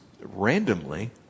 randomly